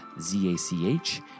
Z-A-C-H